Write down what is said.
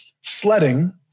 sledding